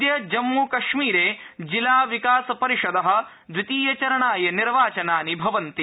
अद्य जम्मुकश्मीरे जिला विकास परिषद द्वितीयचरणाय निर्वाचनानि भवन्ति